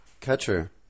Catcher